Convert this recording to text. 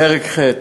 בפרק ח'